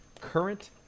current